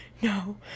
no